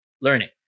learning